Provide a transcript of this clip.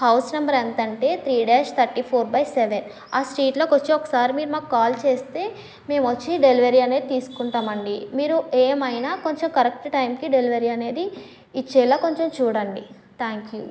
house number ఎంత అంటే three dash thirty four by seven ఆ స్ట్రీట్లోకి వచ్చి ఒకసారి మీరు మాకు కాల్ చేస్తే మేమొచ్చి డెలివరీ అనేది తీసుకుంటామండీ మీరు ఏమైనా కొంచెం కరెక్ట్ టైంకి డెలివరీ అనేది ఇచ్చేలా కొంచెం చూడండి థ్యాంక్ యూ